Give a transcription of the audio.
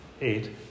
eight